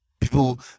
People